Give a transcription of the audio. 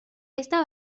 esta